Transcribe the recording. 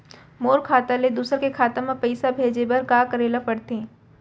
मोर खाता ले दूसर के खाता म पइसा भेजे बर का करेल पढ़थे?